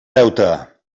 deute